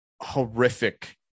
horrific